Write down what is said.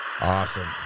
awesome